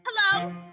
Hello